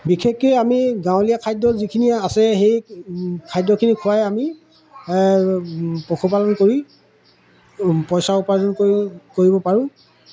বিশেষকৈ আমি গাঁৱলীয়া খাদ্য যিখিনি আছে সেই খাদ্যখিনি খুৱাই আমি পশুপালন কৰি পইচা উপাৰ্জন কৰি কৰিব পাৰোঁ